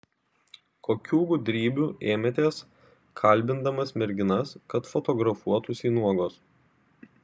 kokių gudrybių ėmėtės kalbindamas merginas kad fotografuotųsi nuogos